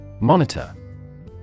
Monitor